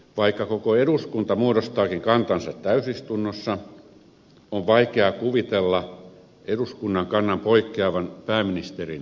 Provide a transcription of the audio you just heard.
vaikka koko eduskunta muodostaakin kantansa täysistunnossa on vaikea kuvitella eduskunnan kannan poikkeavan pääministerin kannasta